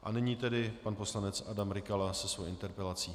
A nyní tedy pan poslanec Adam Rykala se svou interpelací.